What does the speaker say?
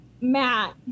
Matt